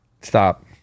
Stop